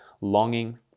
longing